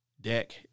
Deck